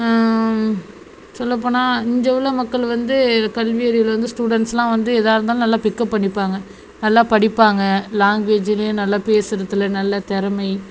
சொல்லப்போனால் இங்கே உள்ள மக்கள் வந்து கல்வியறிவில் வந்து ஸ்டுடெண்ட்ஸ்லாம் வந்து எதாக இருந்தாலும் நல்லா பிக்கப் பண்ணிப்பாங்க நல்லா படிப்பாங்க லாங்குவேஜ்லேயும் நல்லா பேசுறத்தில் நல்ல திறமை